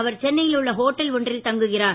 அவர் சென்னையில் உள்ள ஓட்டல் ஒன்றில் தங்குகிறார்